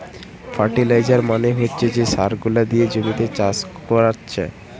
fertiliser মানে হচ্ছে যে সার গুলা দিয়ে জমিতে চাষ কোরছে